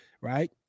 right